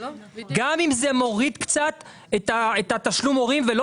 גם אם זה מוריד קצת את תשלום ההורים ולא